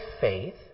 faith